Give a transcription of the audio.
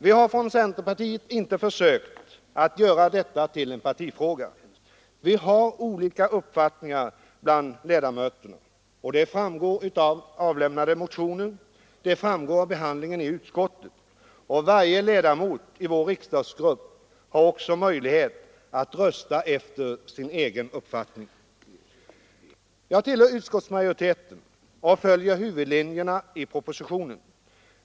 Vi har från centerpartiet inte försökt göra denna fråga till en partifråga. Vi har olika uppfattningar. Det framgår av lämnade motioner. Det framgår av behandlingen i utskottet. Varje ledamot i vår riksdagsgrupp har också möjlighet att rösta efter sin egen uppfattning. Jag tillhör utskottsmajoriteten och följer huvudlinjerna i propositionen.